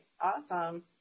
Awesome